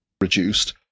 reduced